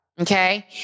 Okay